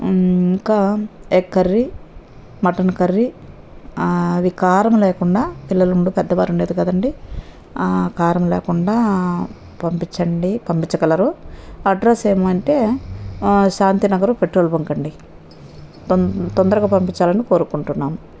ఇంకా egg curry mutton curry అవి కారము లేకుండా పిల్లలుండు పెద్దవారుండేది కదండీ కారము లేకుండా పంపించండి పంపించగలరు అడ్రెస్ ఏమంటే శాంతినగరు పెట్రోల్ బంక్ అండి తొం తొందరగా పంపించాలని కోరుకుంటున్నాము